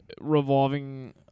revolving